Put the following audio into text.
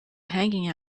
hanging